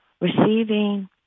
receiving